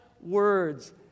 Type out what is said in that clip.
words